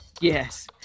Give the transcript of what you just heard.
Yes